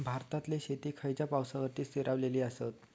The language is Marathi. भारतातले शेती खयच्या पावसावर स्थिरावलेली आसा?